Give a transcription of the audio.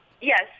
Yes